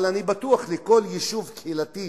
אבל אני בטוח, לכל יישוב קהילתי